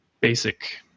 basic